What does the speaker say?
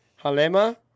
Halema